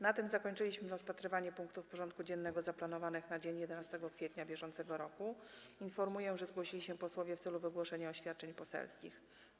Na tym zakończyliśmy rozpatrywanie punktów porządku dziennego zaplanowanych na dzień 11 kwietnia br. Informuję, że zgłosili się posłowie w celu wygłoszenia oświadczeń poselskich.